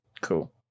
Cool